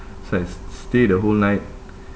so I s~ stayed the whole night